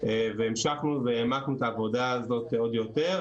והמשכנו והעמקנו את העבודה הזאת עוד יותר,